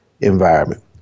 environment